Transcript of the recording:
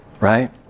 right